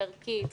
ערכית,